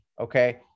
okay